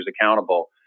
accountable